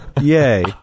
yay